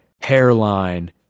hairline